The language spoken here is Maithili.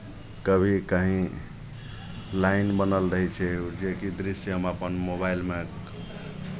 कभी कहीँ लाइन बनल रहै छै ओ जेकि दृश्य हम अपन मोबाइलमे